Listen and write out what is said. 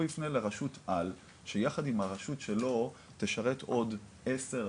הוא יפנה לרשות על שיחד עם הרשות שלו תשרת עוד 10,